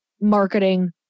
marketing